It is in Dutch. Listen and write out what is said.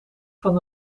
van